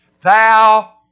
Thou